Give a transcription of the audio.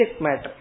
matter